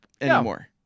anymore